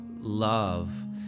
love